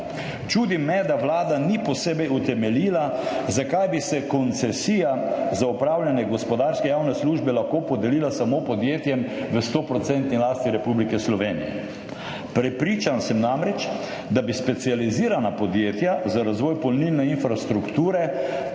Čudi me, da Vlada ni posebej utemeljila, zakaj bi se koncesija za opravljanje gospodarske javne službe lahko podelila samo podjetjem v 100-odstotni lasti Republike Slovenije. Prepričan sem namreč, da bi specializirana podjetja za razvoj polnilne infrastrukture